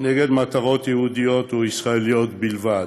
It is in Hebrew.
נגד מטרות יהודיות וישראליות בלבד.